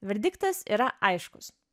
verdiktas yra aiškus